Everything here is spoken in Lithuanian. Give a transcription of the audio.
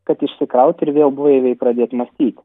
kad išsikrauti ir vėl blaiviai pradėti mąstyti